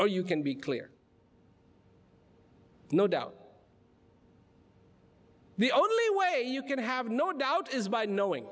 or you can be clear no doubt the only way you can have no doubt is by knowing